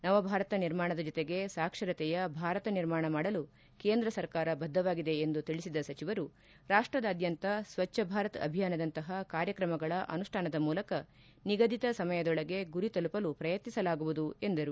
ನವ ಭಾರತ ನಿರ್ಮಾಣದ ಜತೆಗೆ ಸಾಕ್ಷರತೆಯ ಭಾರತ ನಿರ್ಮಾಣ ಮಾಡಲು ಕೇಂದ್ರ ಸರಕಾರ ಬದ್ದವಾಗಿದೆ ಎಂದು ತಿಳಿಸಿದ ಸಚಿವರು ರಾಷ್ಟದಾದ್ದಂತ ಸ್ವಚ್ದ ಭಾರತ್ ಅಭಿಯಾನದಂತಹ ಕಾರ್ಯಕ್ರಮಗಳ ಅನುಷ್ಠಾನದ ಮೂಲಕ ನಿಗದಿತ ಸಮಯದೊಳಗೆ ಗುರಿ ತಲುಪಲು ಪ್ರಯತ್ನಿಸಲಾಗುವುದು ಎಂದರು